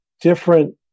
different